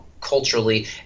culturally